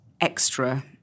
extra